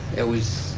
it was,